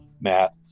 Matt